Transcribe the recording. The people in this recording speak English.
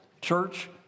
church